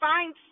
Find